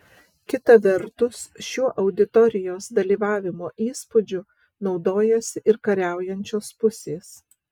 kita vertus šiuo auditorijos dalyvavimo įspūdžiu naudojasi ir kariaujančios pusės